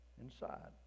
Inside